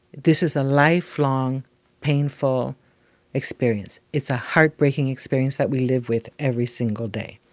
this is a lifelong painful experience. it's a heartbreaking experience that we live with every single day,